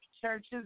churches